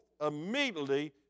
immediately